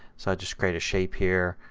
so just create a shape here.